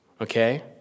okay